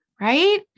Right